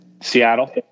seattle